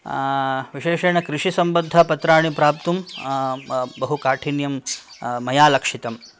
विशेषेण कृषिसम्बद्धानि पत्राणि प्राप्तुं बहु काठिण्यं मया लक्षितम्